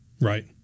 right